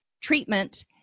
treatment